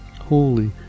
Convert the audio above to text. holy